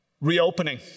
reopening